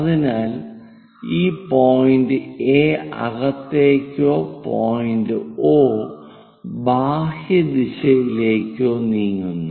അതിനാൽ ഈ point A അകത്തേക്കോ പോയിന്റ് O ബാഹ്യ ദിശയിലേക്കോ നീങ്ങുന്നു